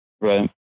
Right